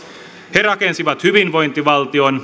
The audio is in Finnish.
he rakensivat hyvinvointivaltion